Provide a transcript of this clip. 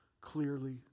clearly